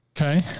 Okay